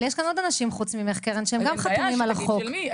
יש כאן עוד אנשים חוץ ממך קרן שהם גם חתומים על החוק.